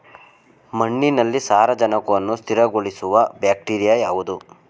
ಮಣ್ಣಿನಲ್ಲಿ ಸಾರಜನಕವನ್ನು ಸ್ಥಿರಗೊಳಿಸುವ ಬ್ಯಾಕ್ಟೀರಿಯಾ ಯಾವುದು?